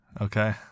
Okay